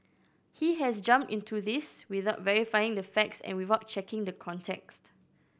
he has jumped into this without verifying the facts and without checking the context